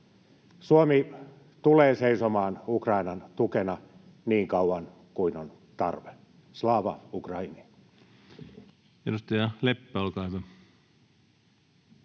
Suomi tulee seisomaan Ukrainan tukena niin kauan kuin on tarve. — Slava Ukraini!